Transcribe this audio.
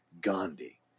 Gandhi